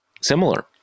similar